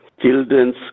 Children's